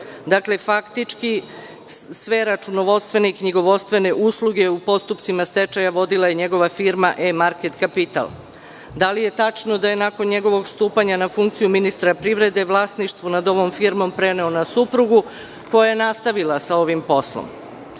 Dakle, faktički sve računovodstvene i knjigovodstvene usluge u postupcima stečaja vodila je njegova firma „E market kapital“.Da li je tačno da je, nakon njegovog stupanja na funkciju ministra privrede, vlasništvo nad ovom firmom preneo na suprugu, koja je nastavila sa ovim poslom? Da